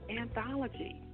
anthology